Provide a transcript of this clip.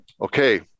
okay